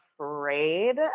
afraid